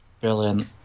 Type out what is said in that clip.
Brilliant